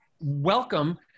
welcome